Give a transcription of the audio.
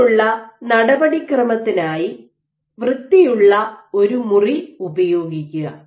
ഇതിനുള്ള നടപടിക്രമത്തിനായി വൃത്തിയുള്ള ഒരു മുറി ഉപയോഗിക്കുക